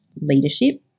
leadership